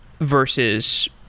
versus